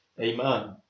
Amen